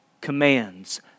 commands